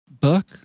book